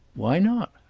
why not?